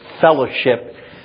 fellowship